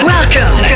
Welcome